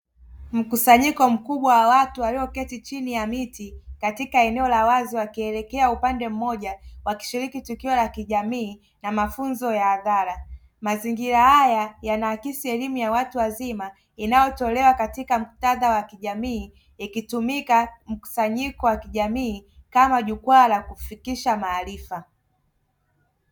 Mkusanyiko mkubwa wa watu walioketi chini ya miti, katika eneo la wazi wakielekea upande mmoja, wakishiriki tukio la kijamii na mafunzo ya hadhara. Mazingira haya yanaakisi elimu ya watu wazima inayotolewa katika muktadha wa kijamii ikitumika mkusanyiko wa kijamii kama jukwaa la kufikisha maarifa.